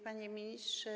Panie Ministrze!